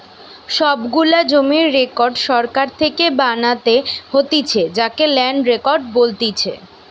সব গুলা জমির রেকর্ড সরকার থেকে বানাতে হতিছে যাকে ল্যান্ড রেকর্ড বলতিছে